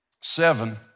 seven